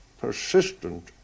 persistent